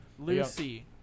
Lucy